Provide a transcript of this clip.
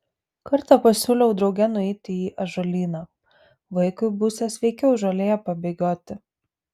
kartą pasiūliau drauge nueiti į ąžuolyną vaikui būsią sveikiau žolėje pabėgioti